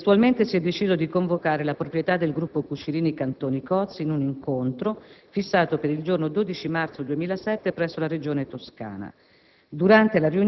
Contestualmente, si è deciso dì convocare la proprietà del gruppo Cucirini Cantoni Coats in un incontro, fissato per il giorno 12 marzo 2007 presso la Regione Toscana.